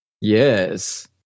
Yes